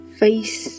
face